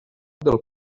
del